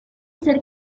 ser